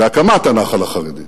בהקמת הנח"ל החרדי,